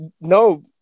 No